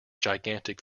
gigantic